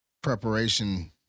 preparation